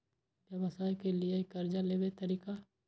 व्यवसाय के लियै कर्जा लेबे तरीका?